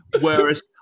Whereas